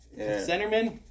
centerman